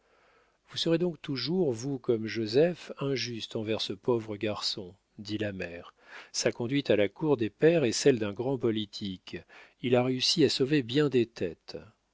vous serez donc toujours vous comme joseph injuste envers ce pauvre garçon dit la mère sa conduite à la cour des pairs est celle d'un grand politique il a réussi à sauver bien des têtes